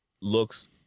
looks